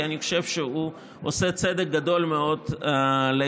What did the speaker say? כי אני חושב שהוא עושה צדק גדול מאוד לאזרחים.